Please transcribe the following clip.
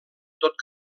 tot